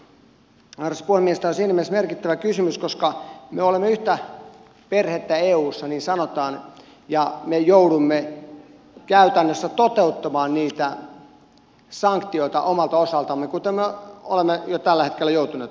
tämä on siinä mielessä merkittävä kysymys että me olemme yhtä perhettä eussa niin sanotaan ja me joudumme käytännössä toteuttamaan niitä sanktioita omalta osaltamme kuten me olemme jo tällä hetkellä joutuneet toteuttamaan